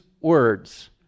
words